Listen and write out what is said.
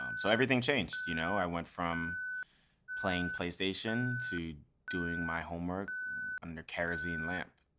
um so everything changed. you know i went from playing playstation to doing my homework under kerosene lamp.